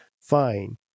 fine